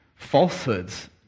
Falsehoods